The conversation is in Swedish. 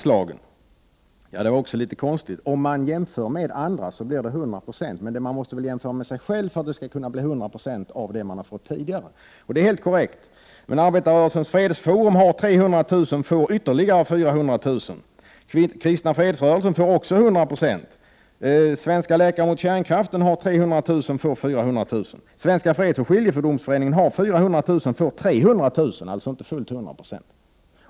Detta med anslagen var också konstigt. Om man jämför med andra anslag blir det 100 20, sade Karl-Göran Biörsmark. Men man måste väl jämföra med sig själv för att det skall bli 100 26 av det man har fått tidigare. Det är helt korrekt. Arbetarrörelsens fredsforum har 300 000 och får ytterligare 400 000. Kristna fredsrörelsen får 100 90. Svenska läkare mot kärnvapen har 300 000 och får 400 000. Svenska fredsoch skiljedomsföreningen har 400 000 och får 300 000, dvs. inte fullt 100 96.